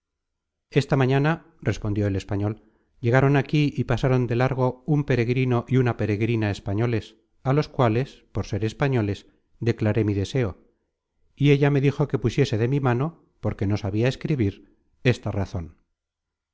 esta mañana respondió el español llegaron aquí y pasaron de largo un peregrino y una peregrina españoles á los cuales por ser españoles declaré mi deseo y ella me dijo que pusiese de mi mano porque no sabia escribir esta razon